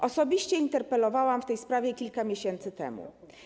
Osobiście interpelowałam w tej sprawie kilka miesięcy temu.